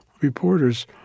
Reporters